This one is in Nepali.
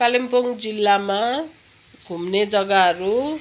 कालिम्पोङ जिल्लामा घुम्ने जग्गाहरू